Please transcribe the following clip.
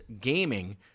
Gaming